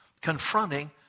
confronting